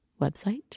website